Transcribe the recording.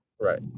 right